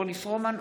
אורלי פרומן,